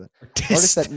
Artist